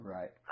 Right